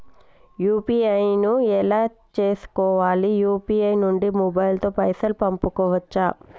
UPI ను ఎలా చేస్కోవాలి యూ.పీ.ఐ నుండి మొబైల్ తో పైసల్ పంపుకోవచ్చా?